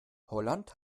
holland